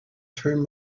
turn